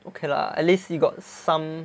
okay lah at least you got some